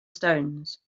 stones